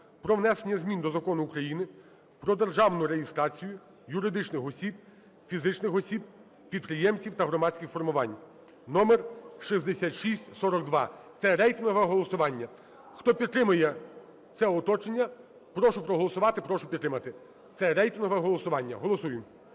про внесення змін до Закону України "Про державну реєстрацію юридичних осіб, фізичних осіб-підприємців та громадських формувань" (номер 6642). Це рейтингове голосування. Хто підтримує це уточнення, прошу проголосувати. Прошу підтримати. Це рейтингове голосування. Голосуємо.